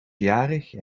jarig